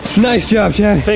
nice job, chad. thank